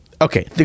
Okay